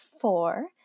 four